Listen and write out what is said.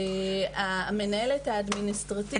המנהלת האדמיניסטרטיבית.